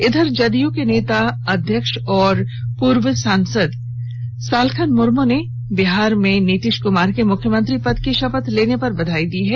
इधर जदयू के प्रदेश अध्यक्ष एवं पूर्व सांसद सालखन मुर्मू ने बिहार में नीतीश कुमार के मुख्यमंत्री पद की शपथ लेने पर बधाई दी है